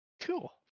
Cool